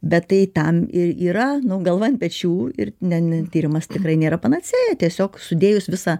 bet tai tam ir yra nu galva ant pečių ir ne ne tyrimas tikrai nėra panacėja tiesiog sudėjus visą